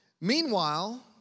Meanwhile